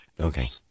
Okay